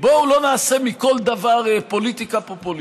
בואו לא נעשה מכל דבר פוליטיקה פופוליסטית.